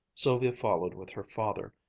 sylvia followed with her father,